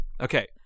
Okay